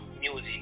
music